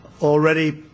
already –